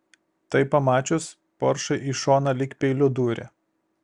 tai pamačius poršai į šoną lyg peiliu dūrė